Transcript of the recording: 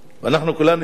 אנחנו כולנו יודעים